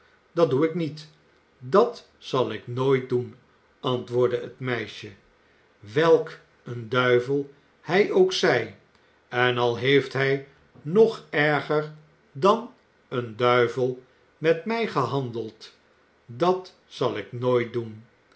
dat doe ik niet dat zal ik nooit doen antwoordde het meisje welk een duivel hij ook zij en al heeft hij nog erger dan een duivel met mij gehandeld dat zal ik nooit doen